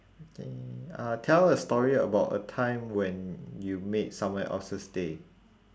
okay uh tell a story about a time when you made someone else's day